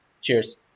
Cheers